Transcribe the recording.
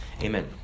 amen